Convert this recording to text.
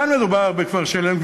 כאן מדובר בכפר-שלם,